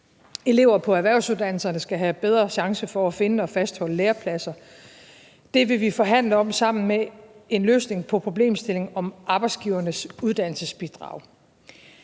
Elever på erhvervsuddannelserne skal have bedre chancer for at finde og fastholde lærepladser. Det vil vi forhandle om sammen med en løsning på problemstillingen med Arbejdsgivernes Uddannelsesbidrag.